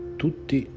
tutti